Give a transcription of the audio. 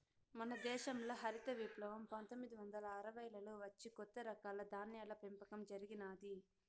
మన దేశంల హరిత విప్లవం పందొమ్మిది వందల అరవైలలో వచ్చి కొత్త రకాల ధాన్యాల పెంపకం జరిగినాది